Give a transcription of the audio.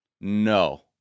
No